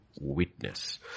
witness